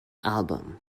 album